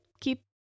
Keep